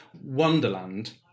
wonderland